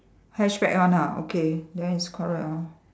hatchback one ah okay then is correct lor